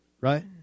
right